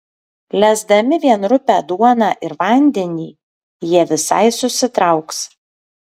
lesdami vien rupią duoną ir vandenį jie visai susitrauks